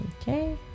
Okay